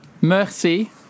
merci